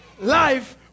life